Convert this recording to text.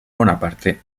bonaparte